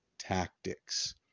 tactics